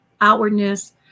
outwardness